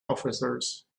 officers